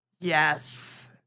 Yes